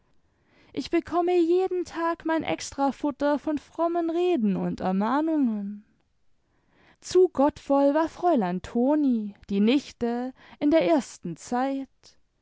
ich bekomme jeden tag mein extrafutter von frommen reden und ermahnungen zu gottvoll war fräulein toni die nichte in der ersten zeit